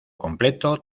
completo